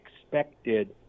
expected –